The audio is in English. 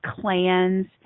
clans